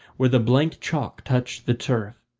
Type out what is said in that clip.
where the blank chalk touched the turf,